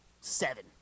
Seven